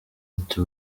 ati